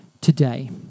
today